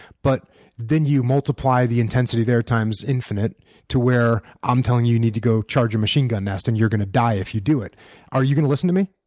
but then you multiply the intensity there times infinite to where i'm telling you you need to go charge your machine gun nest and you're going to die if you do it are you going to listen to me?